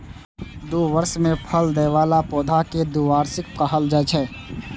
दू बरस मे फल दै बला पौधा कें द्विवार्षिक कहल जाइ छै